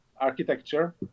architecture